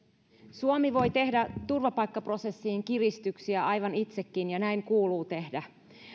suomi voi tehdä turvapaikkaprosessiin kiristyksiä aivan itsekin ja näin kuuluu tehdä